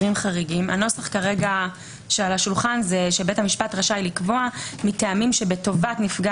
הנוסח שעל השולחן הוא שבית המשפט רשאי לקבוע מטעמים שבטובת נפגע